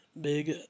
Big